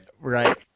right